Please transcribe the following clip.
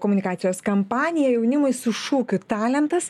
komunikacijos kampanija jaunimui su šūkiu talentas